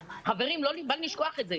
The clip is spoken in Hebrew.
חברים, בל נשכח את זה.